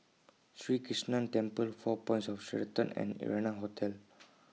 Sri Krishnan Temple four Points of Sheraton and Arianna Hotel